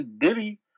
Diddy